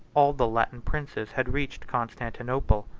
all the latin princes had reached constantinople.